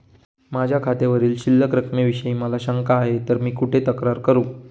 माझ्या खात्यावरील शिल्लक रकमेविषयी मला शंका आहे तर मी कुठे तक्रार करू?